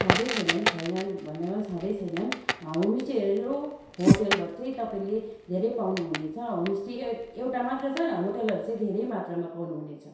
छँदै छैनन् छैनन् भन्दामा पनि छँदै छैनन् होमस्टेहरू होटल भने चाहिँ तैपाईँले धेरै पाउनुहुनेछ होमस्टे एउटा मात्र छ होटलहरू चाहिँ धेरै मात्रामा पाउनुहुनेछ